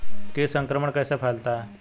कीट संक्रमण कैसे फैलता है?